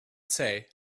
say